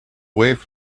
minutes